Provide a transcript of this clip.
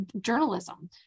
journalism